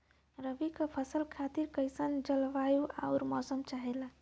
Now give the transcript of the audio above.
रबी क फसल खातिर कइसन जलवाय अउर मौसम चाहेला?